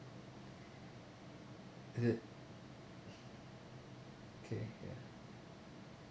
is it K K